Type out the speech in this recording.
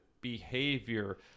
behavior